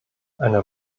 eine